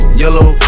yellow